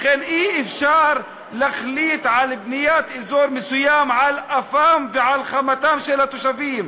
לכן אי-אפשר להחליט על בניית אזור מסוים על אפם ועל חמתם של התושבים.